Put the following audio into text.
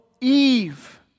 Eve